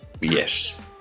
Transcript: Yes